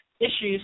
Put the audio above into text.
issues